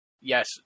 yes